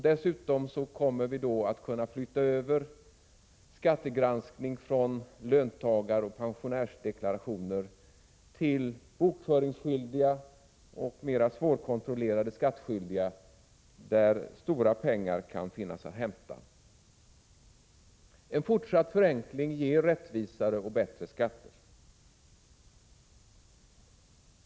Dessutom kommer vi då att kunna flytta skattegranskning från löntagare och pensionärer till bokföringsskyldiga och mer svårkontrollerade skattskyldiga, där stora pengar kan finnas att hämta. En fortsatt förenkling ger rättvisare och bättre skatter.